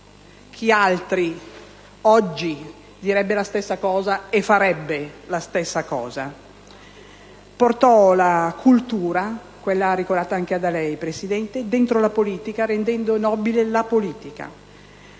chi altri oggi direbbe la stessa cosa e farebbe la stessa cosa? Portò la cultura, quella ricordata anche da lei, signor Presidente, dentro la politica rendendo nobile la politica;